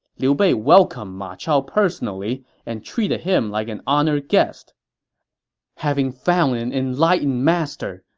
liu bei welcomed ma chao personally and treated him like an honored guest having found an enlightened master,